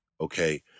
Okay